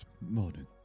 morning